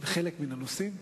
היא חוגגת יותר מ-60 שנה,